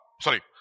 Sorry